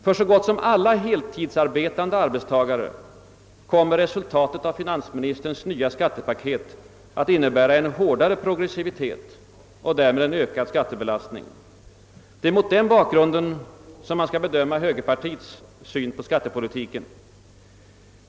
För så gott som alla heltidsarbetande arbetstagare kommer resultatet av finansministerns nya skattepaket att innebära en hårdare progressivitet och därmed en ökad skattebelastning. Det är mot denna bakgrund man skall bedöma högerpartiets syn på skattepolitiken.